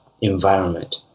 environment